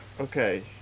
Okay